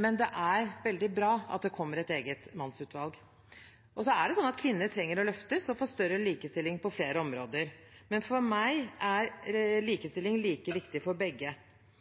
Men det er veldig bra at det kommer et eget mannsutvalg. Kvinner trenger å løftes og få større likestilling på flere områder. Men for meg er likestilling like viktig for begge.